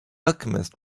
alchemist